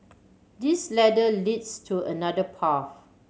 this ladder leads to another path